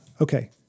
okay